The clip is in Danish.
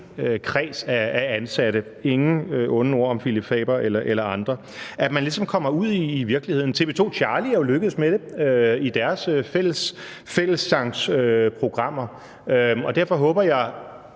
kreds af ansatte, ingen onde ord om Phillip Faber eller andre, og at man altså ligesom kommer ud i virkeligheden. TV 2 Charlie er jo lykkedes med det i deres fællessangsprogrammer. Derfor håber jeg,